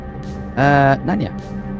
Nanya